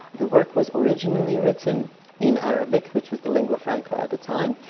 the work was originally written in arabic which was the lingua franca of the time.